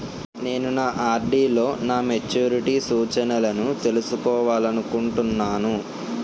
నేను నా ఆర్.డి లో నా మెచ్యూరిటీ సూచనలను తెలుసుకోవాలనుకుంటున్నాను